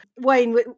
Wayne